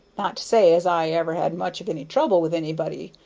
not to say as i ever had much of any trouble with anybody,